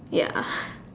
ya